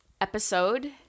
episode